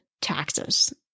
taxes